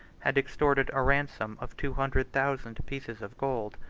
had extorted a ransom of two hundred thousand pieces of gold.